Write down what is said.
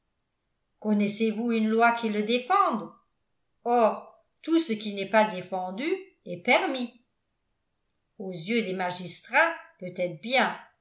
connaissez-vous une loi qui le défende or tout ce qui n'est pas défendu est permis aux yeux des magistrats peut-être bien